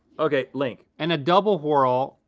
okay, link. and a double whorl,